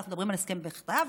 ואנחנו מדברים על הסכם בכתב